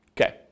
Okay